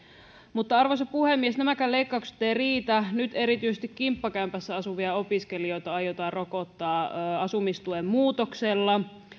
mutta arvoisa puhemies nämäkään leikkaukset eivät riitä nyt erityisesti kimppakämpässä asuvia opiskelijoita aiotaan rokottaa asumistuen muutoksella